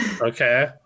Okay